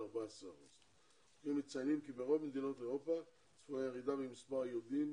14%. החוקרים מציינים כי בכל מדינות אירופה צפויה ירידה במספר היהודים